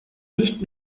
nicht